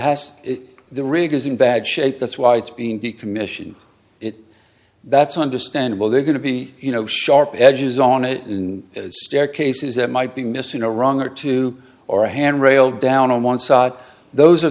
has the rig is in bad shape that's why it's being decommissioned it that's understandable they're going to be you know sharp edges on it in staircases that might be missing or wrong or too or a hand rail down on one side those are